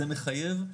זה מחייב,